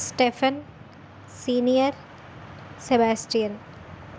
stephen senior sebastian